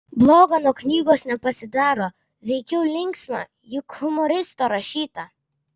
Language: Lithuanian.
bloga nuo knygos nepasidaro veikiau linksma juk humoristo rašyta